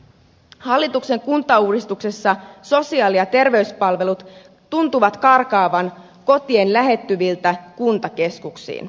hallituksen kuntauudistuksessa sosiaali ja terveyspalvelut tuntuvat karkaavan kotien lähettyviltä kuntakeskuksiin